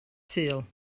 sul